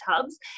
tubs